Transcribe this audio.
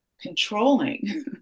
controlling